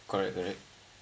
correct correct